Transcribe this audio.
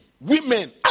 Women